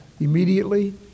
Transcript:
immediately